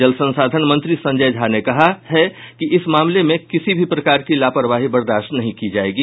जल संसाधन मंत्री संजय झा ने कहा है कि इस मामले में किसी भी प्रकार की लापरवाही बर्दाश्त नहीं की जायेगी